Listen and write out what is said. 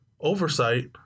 oversight